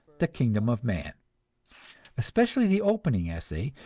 the kingdom of man especially the opening essay,